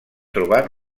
trobat